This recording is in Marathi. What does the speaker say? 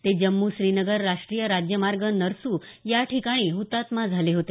ते जम्मू श्रीनगर राष्ट्रीय राज्यमार्ग नरसु या ठिकाणी हुतात्मा झाले होते